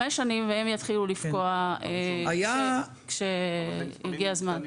שנים ותוקפן יתחיל לפקוע כשיגיע הזמן.